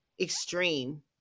extreme